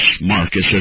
Marcus